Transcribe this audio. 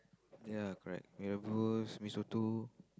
ya correct you know who's me so to